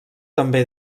també